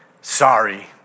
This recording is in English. Sorry